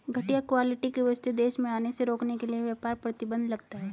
घटिया क्वालिटी की वस्तुएं देश में आने से रोकने के लिए व्यापार प्रतिबंध लगता है